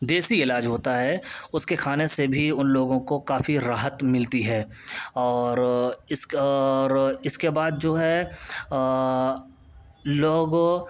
دیسی علاج ہوتا ہے اس کے کھانے سے بھی ان لوگوں کو کافی راحت ملتی ہے اور اس اور اس کے بعد جو ہے لوگوں کو